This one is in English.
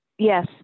Yes